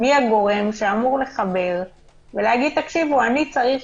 מי הגורם שאמור לחבר ולומר: אני צריך